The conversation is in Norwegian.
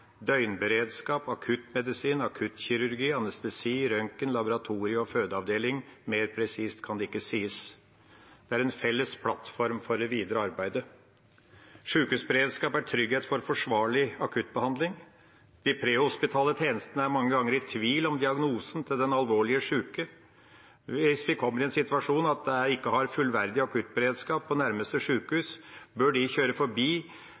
døgnberedskap, akuttmedisin, akuttkirurgi, anestesi, røntgen, laboratorium og fødeavdeling. Mer presist kan det ikke sies. Det er en felles plattform for det videre arbeidet. Sykehusberedskap er trygghet for forsvarlig akuttbehandling. De prehospitale tjenestene er mange ganger i tvil om diagnosen til den alvorlig syke. Hvis vi kommer i en situasjon hvor man ikke har akuttberedskap på nærmeste sykehus, bør de kjøre forbi